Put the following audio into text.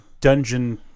dungeon